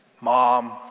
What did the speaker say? mom